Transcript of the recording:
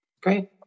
Great